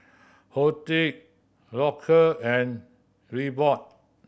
Horti Loacker and Reebok